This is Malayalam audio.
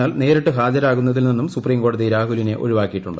എന്നാൽ നേരിട്ട് ഹാജരാകുന്നതിൽ നിന്നും സുപ്രീംക്കോടതി രാഹുലിനെ ഒഴിവാക്കിയിട്ടുണ്ട്